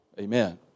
Amen